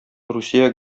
русия